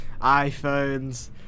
iPhones